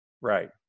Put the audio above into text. Right